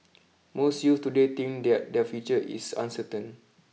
most youths today think that their future is uncertain